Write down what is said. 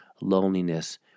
loneliness